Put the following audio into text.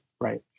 right